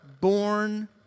born